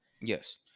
Yes